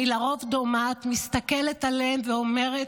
אני לרוב דומעת, מסתכלת עליהם ואומרת: